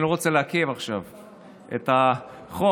אני לא רוצה לעכב עכשיו את החוק.